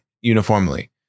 uniformly